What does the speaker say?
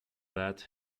that